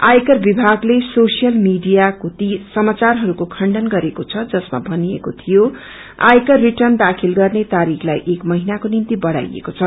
आयकर विभागले सोशियल मीडियाको ती समचारहरूको खण्डन गरेको छ जसमा भनिएको थियो आयकर रिर्टन दाखिल गर्ने तारिकलाई एक महिनाको निम्ति बढ़ाएको छ